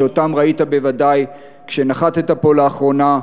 שאותם ראית בוודאי כשנחתת פה לאחרונה,